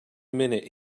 minute